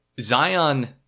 Zion